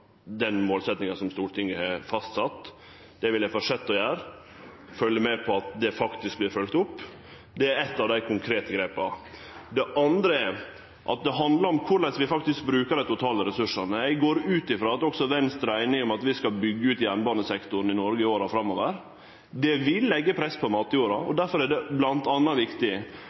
Det vil eg fortsetje å gjere – følgje med på at det faktisk vert følgt opp. Det er eit av dei konkrete grepa. Det andre er at det handlar om korleis vi faktisk bruker dei totale ressursane. Eg går ut frå at også Venstre er einig i at vi skal byggje ut jernbanesektoren i Noreg i åra framover. Det vil leggje press på matjorda, og difor er det bl.a. viktig